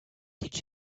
did